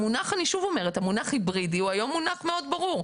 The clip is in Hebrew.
המונח היברידי אני שוב אומרת הוא היום מונח מאוד ברור.